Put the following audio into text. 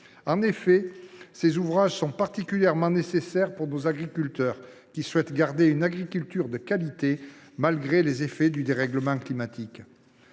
ci sont en effet particulièrement nécessaires pour nos agriculteurs, qui souhaitent garder une agriculture de qualité malgré les effets du dérèglement climatique.